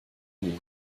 wohl